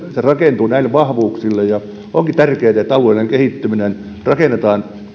se rakentuu näille vahvuuksille onkin tärkeää että alueiden kehittyminen rakennetaan